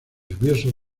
lluviosos